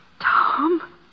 Tom